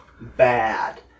bad